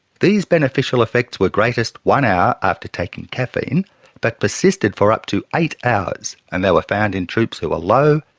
these beneficial effects were greatest one hour after taking caffeine but persisted for up to eight hours and they were found in troops who were low,